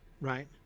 right